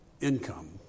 income